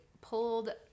pulled